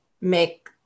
make